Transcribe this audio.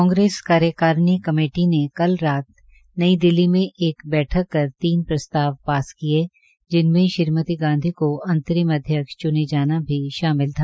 कांग्रेस कार्यकारिणी कमेटी ने कल रात नई दिल्ली में एक बैठक कर तीन प्रस्ताव पास किए जिनमें श्रीमती गांधी को अंतरिम अध्यक्ष चुने जाना भी शामिल था